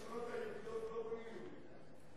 בשכונות היהודיות לא בונים יהודים.